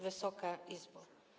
Wysoka Izbo!